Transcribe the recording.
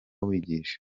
wigisha